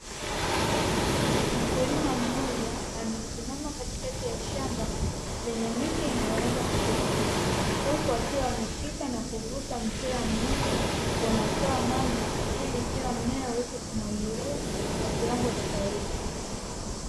Mkulima mmoja amesimama katikati ya shamba lenye miche, inayoanza kuchipua huku akiwa ameshika na kuvuta mpira mmoja unaotoa maji ili kila mmea uweze kumwagiliwa kwa kiwango stahiki.